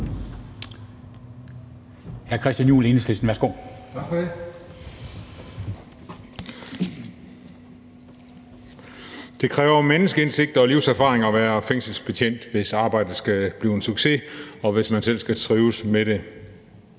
Det kræver menneskeindsigt og livserfaring at være fængselsbetjent, hvis arbejdet skal blive en succes, og hvis man selv skal trives med det.